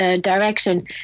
direction